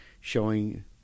showing